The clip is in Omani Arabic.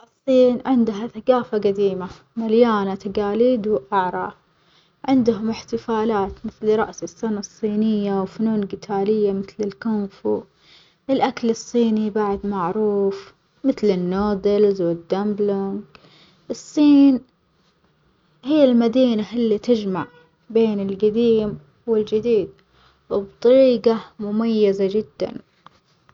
الصين عندها ثجافة جديمة مليانة تجاليد وآراء، عندهم إحتفالات مثل رأس السنة الصينية وفنون جتالية مثل الكونغ فو، الأكل ااصيني بعد معروف مثل النودلز والدمبلونج، الصين هي المدينة اللي تجمع بين الجديم والجديد وبطريجة مميزة جدًا.